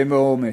ובאומץ.